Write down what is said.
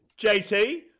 JT